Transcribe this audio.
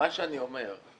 מה שאני אומר,